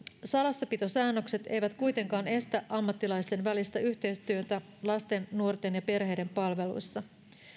salassapitosäännökset eivät kuitenkaan estä ammattilaisten välistä yhteistyötä lasten nuorten ja perheiden palveluissa